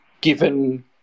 given